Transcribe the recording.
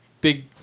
big